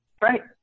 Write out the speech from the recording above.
Right